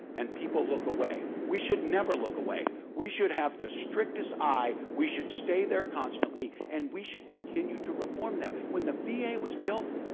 and people look away. we should never look away. we should have the strictest eye, we should stay there constantly, and we should continue to reform them. when the va was built,